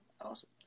Awesome